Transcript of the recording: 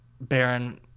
Baron